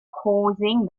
causing